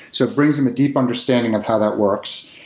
so it brings them a deep understanding of how that works.